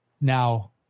Now